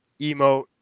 emote